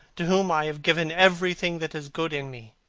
to whom i have given everything that is good in me.